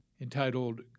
entitled